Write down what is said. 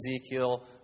Ezekiel